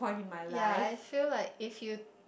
ya I feel like if you